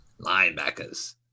Linebackers